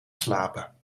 slapen